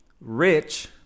rich